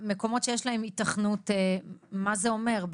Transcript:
ושאלה, מקומות שיש להם היתכנות, מה זה אומר?